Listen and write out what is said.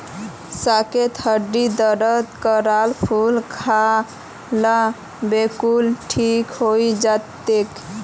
साकेतेर हड्डीर दर्द केलार फूल खा ल बिलकुल ठीक हइ जै तोक